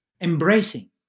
embracing